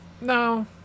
No